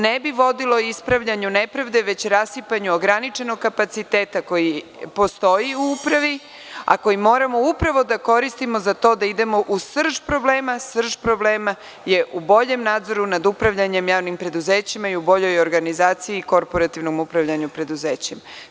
Ne bi vodilo ispravljanju nepravde, već rasipanju ograničenog kapaciteta koji postoji u upravi, a koji moramo upravo da koristimo za to da idemo u srž problema, a srž problema je u boljem nadzoru nad upravljanjem javnim preduzećima i u boljoj organizaciji i korporativnom upravljanju preduzećima.